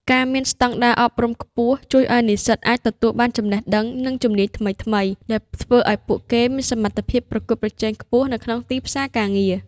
ការមានស្តង់ដារអប់រំខ្ពស់ជួយឱ្យនិស្សិតអាចទទួលបានចំណេះដឹង និងជំនាញថ្មីៗ ដែលធ្វើឱ្យពួកគេមានសមត្ថភាពប្រកួតប្រជែងខ្ពស់នៅក្នុងទីផ្សារការងារ។